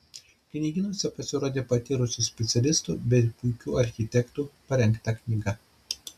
knygynuose pasirodė patyrusių specialistų bei puikių architektų parengta knyga